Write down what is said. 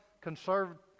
conservative